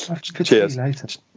Cheers